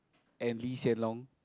and Lee Hsien Loong